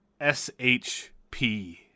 shp